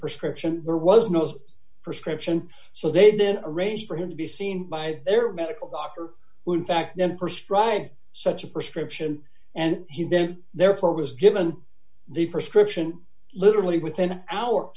prescription or was knows prescription so they then arrange for him to be seen by their medical doctor who in fact them prescribe such a prescription and he then therefore was given the prescription literally within hour